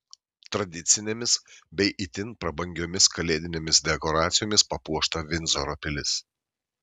tradicinėmis bei itin prabangiomis kalėdinėmis dekoracijomis papuošta vindzoro pilis